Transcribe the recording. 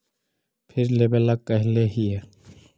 फिर लेवेला कहले हियै?